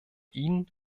ihnen